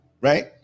right